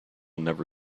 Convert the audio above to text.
never